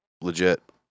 legit